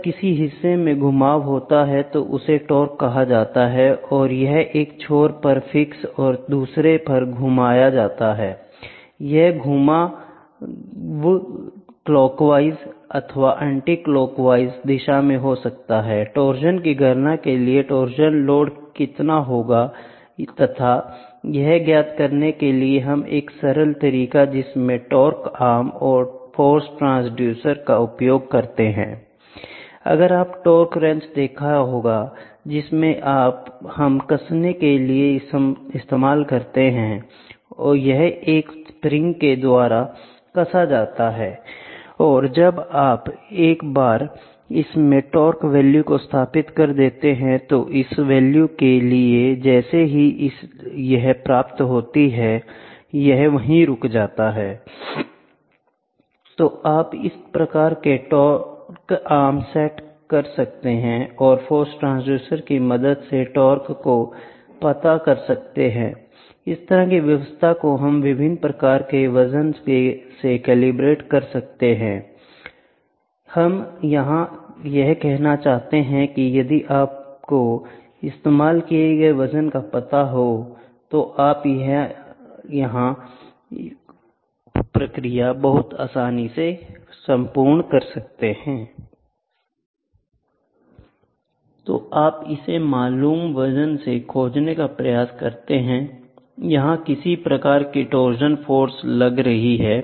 जब किसी हिस्से में घुमाव होता है तो उसे टॉर्क कहा जाता है और यह एक छोर पर फिक्स तथा दूसरे पर घुमाया जाता हैI यह घुमा क्लॉकवाइज या एंटिक्लॉकवाइज दिशा में हो सकता हैI टॉरशन की गणना के लिए टॉर्जन लोड कितना होगा तथा यह ज्ञात करने के लिए हम एक सरल तरीका जिसमें टॉर्क आर्म और फोर्स ट्रांसड्यूसर का उपयोग करते हैंI अगर आप टॉर्क रिंच देखा है जिसे हम कसने के लिए इस्तेमाल में लाते हैं यह एक स्प्रिंग के द्वारा कसा जाता हैI और जब आप एक बार इसमें टॉर्क वैल्यू को स्थापित कर देते हैं तो इस वैल्यू के लिए जैसे ही है इसे प्राप्त करता है यह वही रुक जाता हैI तो आप इस प्रकार टार्क आर्म सेट कर सकते हैं और फोर्स ट्रांसड्यूसर की मदद से टार्क को पता कर सकते हैंI इस तरह की व्यवस्था को हम विभिन्न प्रकार के वजन से केलिब्रेट कर सकते हैंI हम यहां यह कहना चाहते हैं कि यदि आपको इस्तेमाल किए गए वजन का पता है तो यह आपके लिए बहुत आसान होगाI तो आप इसे मालूम वजन से खोजने का प्रयास करते हैंI यहां किस प्रकार की टॉरशन फोर्स लग रही है